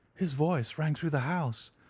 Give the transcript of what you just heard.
his voice rang through the house.